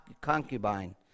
concubine